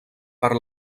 per